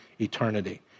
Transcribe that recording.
eternity